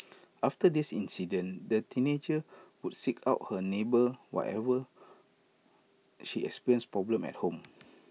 after this incident the teenager would seek out her neighbour whenever she experienced problems at home